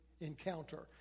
encounter